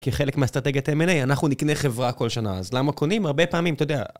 כחלק מהסטטגיית MNA, אנחנו נקנה חברה כל שנה, אז למה קונים? הרבה פעמים, אתה יודע...